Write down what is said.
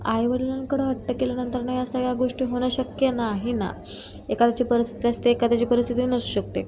आईवडिलांकडं हट्ट केल्यानंतर नाही असा या गोष्टी होणं शक्य नाही ना एखाद्याची परिस्थिती असते एखाद्याची परिस्थिती नसू शकते